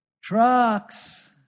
trucks